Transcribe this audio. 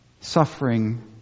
suffering